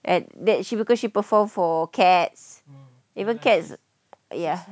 at that she because she performed for cats even cats ya